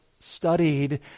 studied